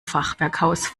fachwerkhaus